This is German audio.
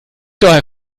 daher